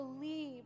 believe